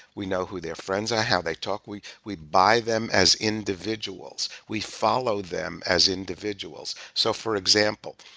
we know who their friends are, how they talk. we we buy them as individuals. we follow them as individuals. so for example,